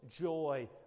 joy